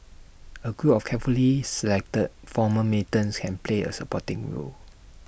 A group of carefully selected former militants can play A supporting role